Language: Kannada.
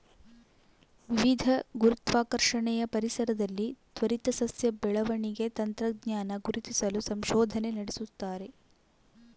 ವಿವಿಧ ಗುರುತ್ವಾಕರ್ಷಣೆಯ ಪರಿಸರದಲ್ಲಿ ತ್ವರಿತ ಸಸ್ಯ ಬೆಳವಣಿಗೆ ತಂತ್ರಜ್ಞಾನ ಗುರುತಿಸಲು ಸಂಶೋಧನೆ ನಡೆಸ್ತಾರೆ